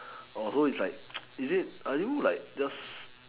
oh so it's like is it are you like just